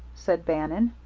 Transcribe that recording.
said bannon.